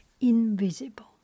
invisible